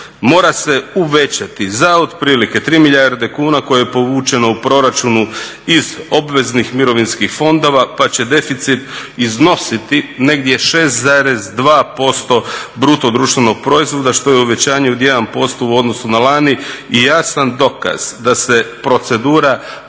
mora se uvećati za otprilike 3 milijarde kuna koje je povučeno u proračunu iz obveznih mirovinskih fondova pa će deficit iznositi negdje 6,2% BDP-a što je uvećanje od 1% u odnosu na lani i ja sam dokaz da se procedura